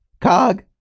Cog